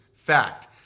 Fact